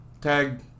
tag